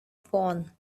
born